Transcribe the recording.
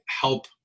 help